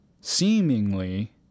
seemingly